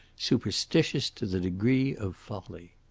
superstitious to the degree of folly.